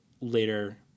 later